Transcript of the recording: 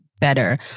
better